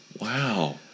Wow